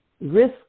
risk